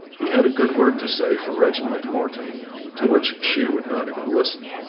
he had a good word to say for reginald morton to which she would not even listen.